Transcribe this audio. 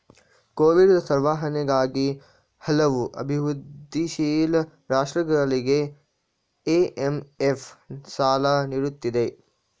Covid ನಿರ್ವಹಣೆಗಾಗಿ ಹಲವು ಅಭಿವೃದ್ಧಿಶೀಲ ರಾಷ್ಟ್ರಗಳಿಗೆ ಐ.ಎಂ.ಎಫ್ ಸಾಲ ನೀಡುತ್ತಿದೆ